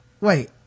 Wait